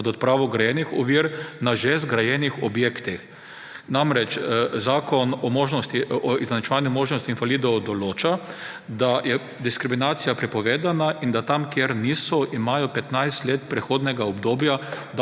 nad odpravo grajenih ovir na že zgrajenih objektih. Zakon o izenačevanju možnosti invalidov določa, da je diskriminacija prepovedana in da tam, kjer niso, imajo 15 let prehodnega obdobja,